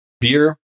beer